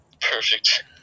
Perfect